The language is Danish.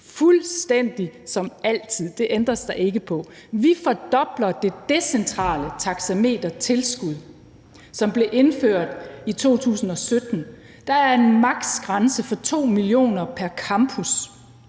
fuldstændig som altid. Det ændres der ikke på. Vi fordobler det decentrale taxametertilskud, som blev indført i 2017. Der er en maksgrænse på 2 mio. kr. pr. campus.